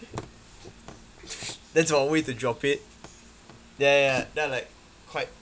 that's one way to drop it ya ya ya then I'm like quite